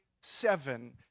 seven